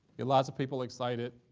get lots of people excited.